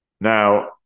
Now